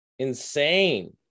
insane